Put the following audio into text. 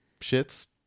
shit's